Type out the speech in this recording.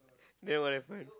then my friend